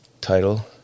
title